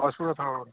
ꯂꯥꯎꯗ ꯁ꯭ꯄꯤꯀꯔ ꯊꯥꯔꯛꯑꯣ